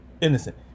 innocent